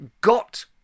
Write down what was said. got